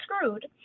screwed